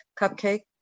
cupcake